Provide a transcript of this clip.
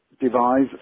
devise